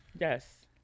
Yes